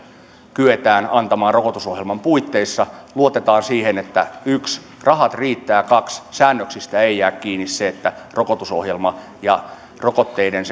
kyetään antamaan rokotusohjelman puitteissa luotetaan siihen että yksi rahat riittävät kaksi säännöksistä ei jää kiinni se että rokotusohjelma ja rokotteiden